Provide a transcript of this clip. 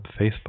Facebook